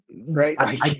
Right